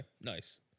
nice